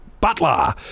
butler